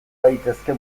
daitezke